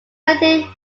related